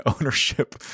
ownership